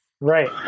right